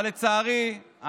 אבל לצערי,